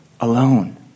alone